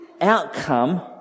outcome